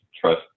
trust